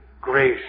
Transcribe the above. Grace